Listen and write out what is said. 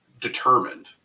determined